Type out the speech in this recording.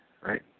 right